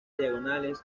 diagonales